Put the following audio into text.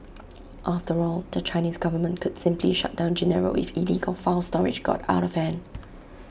after all the Chinese government could simply shut down Genaro if illegal file storage got out of hand